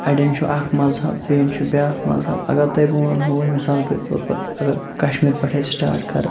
اَڑٮ۪ن چھُ ا اَکھ مذہب بیٚین چھُ بیٛاکھ مذہب اگر تۄہہِ بہٕ وَنہو وَنۍ مِثال کے طور پر اگر کَشمیٖر پٮ۪ٹھٕے سِٹاٹ کَران